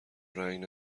رنگ